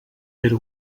era